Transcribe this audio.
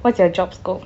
what's your job scope